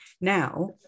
now